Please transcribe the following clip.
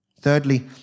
Thirdly